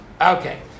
Okay